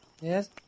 Yes